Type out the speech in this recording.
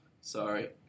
sorry